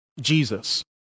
Jesus